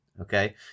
Okay